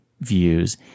views